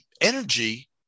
energy